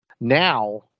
Now